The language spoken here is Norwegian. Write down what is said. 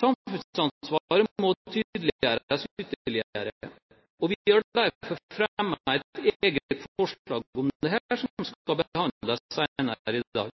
Samfunnsansvaret må tydeliggjøres ytterligere, og vi har derfor fremmet et eget forslag om dette som skal behandles senere i dag.